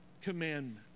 commandment